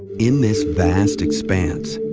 in this vast expanse,